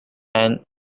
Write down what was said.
and